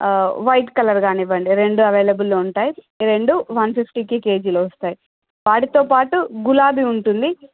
white colour కానివ్వండి రెండు available ఉంటాయి రెండు వన్ ఫిఫ్టీకి కేజీలో వస్తాయి వాటితో పాటు గులాబీ ఉంటుంది